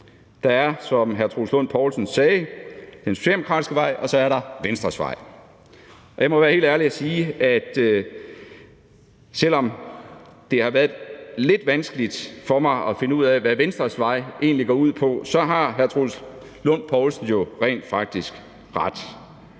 Der er, som hr. Troels Lund Poulsen sagde, den socialdemokratiske vej, og så er der Venstres vej. Kl. 16:03 Jeg må være helt ærlig og sige, at selv om det har været lidt vanskeligt for mig at finde ud af, hvad Venstres vej egentlig går ud på, så har hr. Troels Lund Poulsen jo rent faktisk ret.